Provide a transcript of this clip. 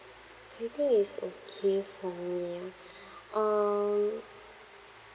I think is okay for me ah um